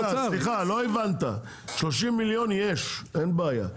רגע, סליחה, לא הבנת, 30 מיליון יש, אין בעיה.